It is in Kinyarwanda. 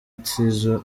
tizzo